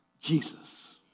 Jesus